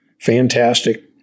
fantastic